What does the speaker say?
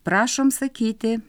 prašom sakyti